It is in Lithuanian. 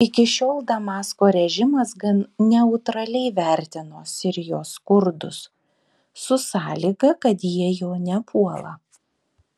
iki šiol damasko režimas gan neutraliai vertino sirijos kurdus su sąlyga kad jie jo nepuola